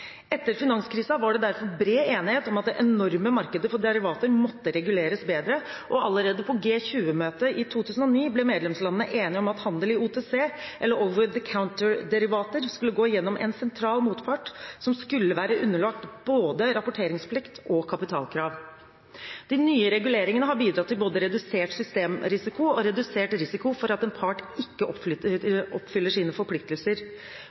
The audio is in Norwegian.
Etter finanskrisen var det derfor bred enighet om at det enorme markedet for derivater måtte reguleres bedre, og allerede på G20-møtet i 2009 ble medlemslandene enige om at handel i OTC, eller «over the counter»-derivater, skulle gå gjennom en sentral motpart som skulle være underlagt både rapporteringsplikt og kapitalkrav. De nye reguleringene har bidratt til både redusert systemrisiko og redusert risiko for at en part ikke oppfyller sine forpliktelser.